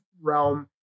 realm